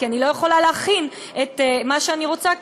כי אני לא יכולה להכין מה שאני רוצה,